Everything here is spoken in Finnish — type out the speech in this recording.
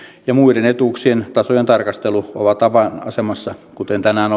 ja muiden etuuksien tasojen tarkastelu ovat avainasemassa kuten tänään